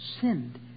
sinned